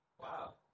wow